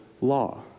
law